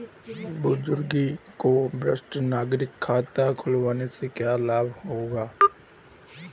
बुजुर्गों को वरिष्ठ नागरिक खाता खुलवाने से क्या लाभ होगा?